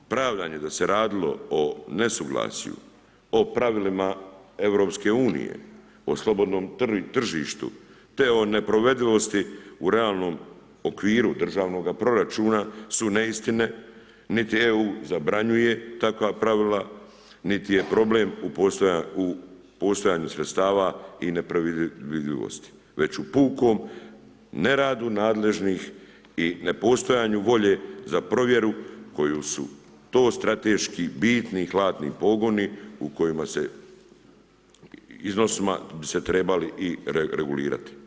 Pravdanje da se radilo o nesuglasju, o pravilima EU, o slobodnom tržištu te o neprovedivosti u realnom okviru državnoga proračuna su neistine, niti EU zabranjuje takva pravila niti je problem u postojanju sredstava i nepredvidljivosti već u pukom neradu nadležnih i nepostojanju volje za provjeru koju su to strateški bitni i hladni pogoni, u kojima se, iznosima bi se trebali i regulirati.